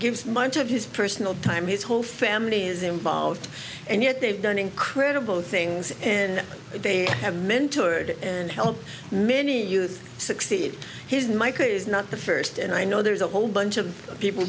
gives much of his personal time his whole family is involved and yet they've done incredible things and they have mentored and helped many youth succeed his my career is not the first and i know there's a whole bunch of people